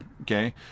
okay